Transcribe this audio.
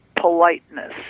politeness